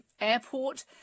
airport